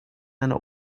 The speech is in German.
einer